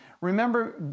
remember